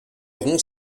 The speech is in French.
rompt